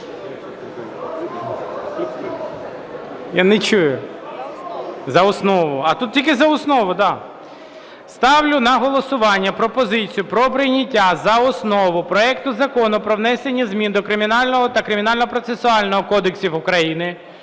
Я не чую. За основу. А тут тільки за основу, да. Ставлю на голосування пропозицію про прийняття за основу проекту Закону про внесення змін до Кримінального та Кримінального процесуального кодексів України